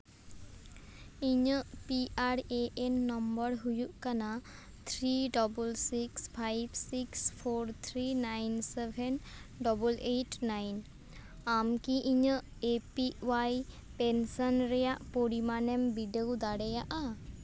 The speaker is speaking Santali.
ᱤᱧᱟᱹᱜ P R A N number ᱦᱩᱭᱩᱜ ᱠᱟᱱᱟ three double six five six four three nine seven double eight nine ᱟᱢ ᱠᱤ ᱤᱧᱟᱹᱜ ᱮ ᱯᱤ ᱳᱣᱟᱭ ᱯᱮᱱᱥᱮᱱ ᱨᱮᱭᱟᱜ ᱯᱚᱨᱤᱢᱟᱱ ᱮᱢ ᱵᱤᱰᱟᱹᱣ ᱫᱟᱲᱮᱭᱟᱜᱼᱟ